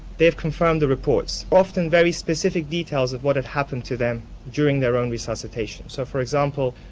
they've confirmed the reports, often very specific details of what had happened to them during their own resuscitation. so, for example,